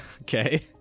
okay